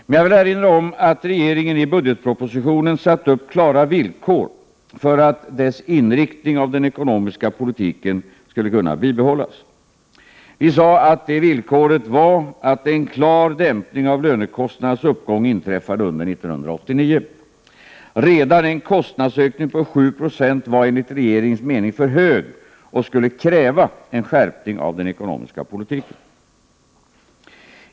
Men jag vill erinra om att regeringen i budgetpropositionen satte upp klara villkor för att dess inriktning av den ekonomiska politiken skulle kunna bibehållas. Vi sade då att detta villkor var att en klar dämpning av lönekostnadernas uppgång inträffade under 1989. Redan en kostnadsökning på 7 Yo var enligt regeringens mening för hög och skulle kräva en skärpning av den ekonomiska politiken.